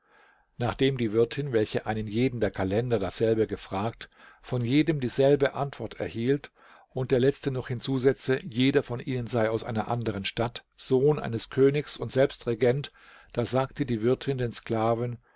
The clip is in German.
nachdem die wirtin welche einen jeden der kalender dasselbe gefragt von jedem dieselbe antwort erhielt und der letzte noch hinzusetze jeder von ihnen sei aus einer anderen stadt sohn eines königs und selbst regent da sagte die wirtin den